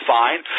fine